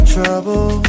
Trouble